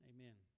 Amen